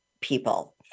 people